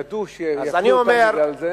ידעו שיכולת בגלל זה,